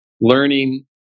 learning